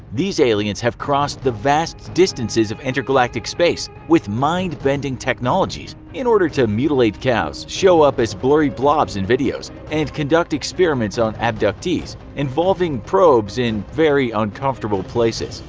these aliens have crossed the vast distances of intergalactic space with mindbending technologies in order to mutilate cows, show up as blurry blobs in videos, and conduct experiments on abductees involving probes in very uncomfortable places.